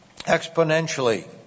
exponentially